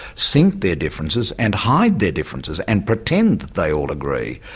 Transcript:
sink their differences and hide their differences, and pretend that they all agree.